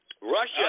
Russia